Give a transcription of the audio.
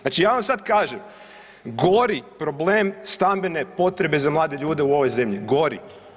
Znači, ja vam sad kažem gori problem stambene potrebe za mlade ljude u ovoj zemlji, gori.